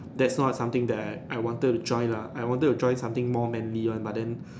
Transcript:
that's not something that I I wanted to join lah I wanted to join something more manly one but then